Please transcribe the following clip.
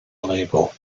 label